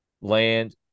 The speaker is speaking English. land